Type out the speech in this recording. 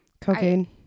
Cocaine